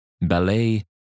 ballet